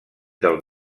del